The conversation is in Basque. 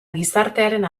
gizartearen